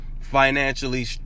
financially